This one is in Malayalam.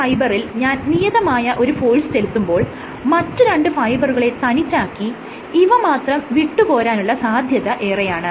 ഈ ഫൈബറിൽ ഞാൻ നിയതമായ ഒരു ഫോഴ്സ് ചെലുത്തുമ്പോൾ മറ്റ് രണ്ട് ഫൈബറുകളെ തനിച്ചാക്കി ഇവ മാത്രം വിട്ട് പോരാനുള്ള സാധ്യത ഏറെയാണ്